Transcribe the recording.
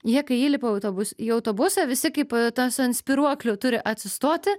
jie kai įlipa į autobus į autobusą visi kaip tas ant spyruoklių turi atsistoti